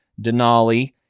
Denali